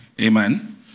Amen